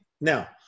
Now